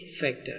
factor